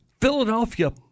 Philadelphia